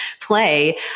play